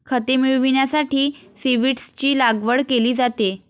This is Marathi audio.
खते मिळविण्यासाठी सीव्हीड्सची लागवड केली जाते